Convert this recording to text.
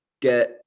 get